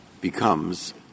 becomes